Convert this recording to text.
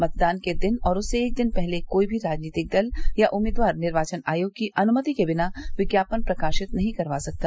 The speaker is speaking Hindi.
मतदान के दिन और उससे एक दिन पहले कोई भी राजनीतिक दल या उम्मीदवार निर्वाचन आयोग की अनुमति के बिना विज्ञापन प्रकाशित नहीं करवा सकता